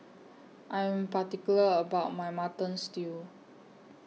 I Am particular about My Mutton Stew